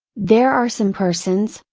there are some persons,